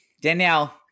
Danielle